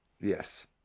Yes